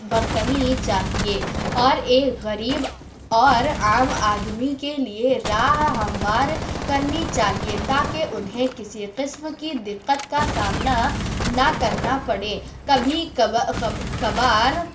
برتنی چاہیے اور ایک غریب اور عام آدمی کے لیے راہ ہموار کرنی چاہیے تاکہ انہیں کسی قسم کی دقت کا سامنا نہ کرنا پڑے کبھی کبھار